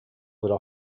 would